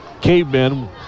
Cavemen